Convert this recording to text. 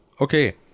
Okay